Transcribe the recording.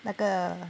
那个